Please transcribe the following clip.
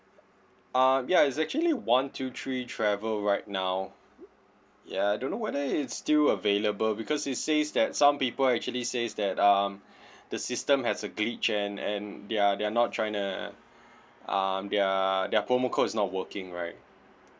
uh ya it's actually one two three travel right now ya I don't know whether it's still available because it says that some people actually says that um the system has a glitch and and they're they're not trying um their their promo code is not working right